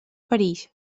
perills